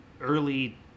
early